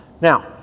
Now